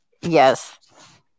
Yes